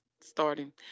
starting